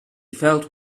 felt